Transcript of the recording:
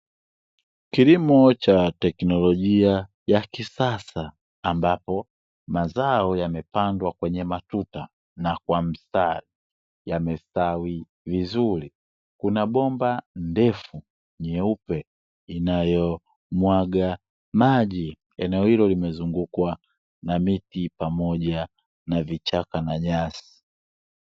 Kilimo cha teknolojia ya kisasa ambapo mazao yamepandwa kwenye matuta na kwa mstari yamestawi vizuri kuna bomba ndefu nyeupe inayomwaga maji. Eneo hilo limezungukwa na miti pamoja na vichaka na nyasi.